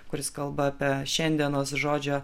kuris kalba apie šiandienos žodžio